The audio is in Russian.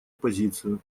позицию